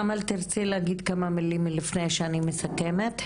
אמל תרצי להגיד כמה מילים לפני שאני מסכמת?